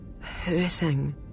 hurting